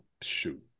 shoot